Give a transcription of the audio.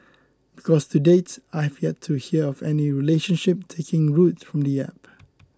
because to date I have yet to hear of any relationship taking root from the App